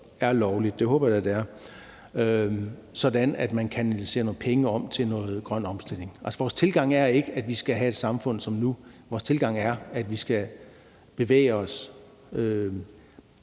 er lovligt – det håber jeg da det er – sådan at man kanaliserer nogle penge om til noget grøn omstilling. Vores tilgang er ikke, at vi skal have et samfund som nu. Vores tilgang er, at vi skal benytte os